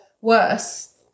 worse